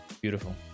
beautiful